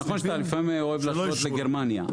זה נכון שאתה לפעמים אוהב להשוות לגרמניה,